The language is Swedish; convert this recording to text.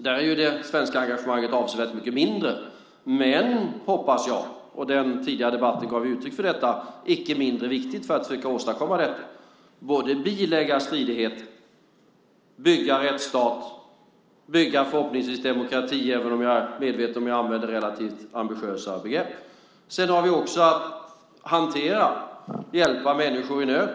Där är det svenska engagemanget avsevärt mycket mindre. Men jag hoppas - och den tidigare debatten gav uttryck för detta - att det icke är mindre viktigt för att försöka åstadkomma detta. Det handlar om att bilägga stridigheter, om att bygga en rättsstat och om att förhoppningsvis bygga en demokrati, även om jag är medveten om att jag använder relativt ambitiösa begrepp. Sedan har vi också att hantera och hjälpa människor i nöd.